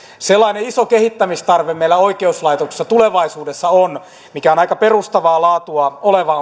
sellainen iso kehittämistarve meillä oikeuslaitoksessa tulevaisuudessa on aika perustavaa laatua oleva